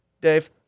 Dave